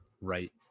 right